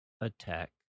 Attack